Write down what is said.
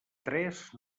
tres